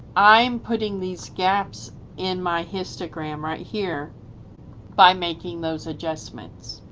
i'm putting these gaps in my histogram right here by making those adjustments.